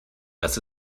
das